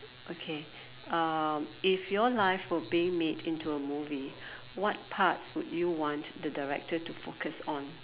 okay um if your life were being made into a movie what parts would you want the director to focus on